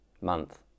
month